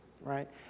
right